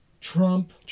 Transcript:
Trump